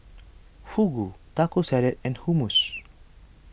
Fugu Taco Salad and Hummus